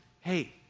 hey